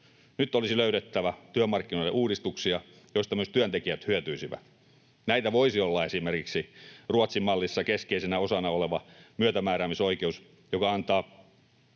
Nyt olisi löydettävä työmarkkinoiden uudistuksia, joista myös työntekijät hyötyisivät. Näitä voisi olla esimerkiksi Ruotsin-mallissa keskeisenä osana oleva myötämääräämisoikeus, joka antaa